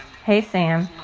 hey, sam.